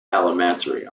elementary